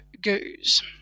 goes